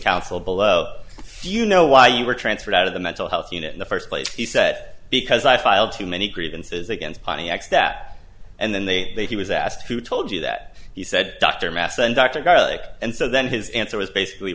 counsel below you know why you were transferred out of the mental health unit in the first place he said because i filed too many grievances against pontiacs that and then they they he was asked who told you that he said dr mass and dr garlic and so then his answer was basically